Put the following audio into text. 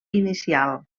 inicial